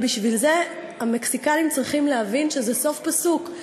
אבל בשביל זה המקסיקנים צריכים להבין שזה סוף פסוק,